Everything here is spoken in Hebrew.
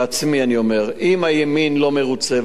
אם הימין לא מרוצה,